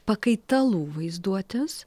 pakaitalų vaizduotės